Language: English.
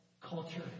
culture